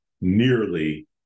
nearly